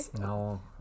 No